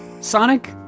Sonic